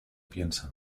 piensan